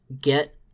get